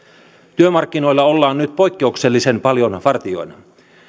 työmarkkinoilla ollaan nyt poikkeuksellisen paljon vartijoina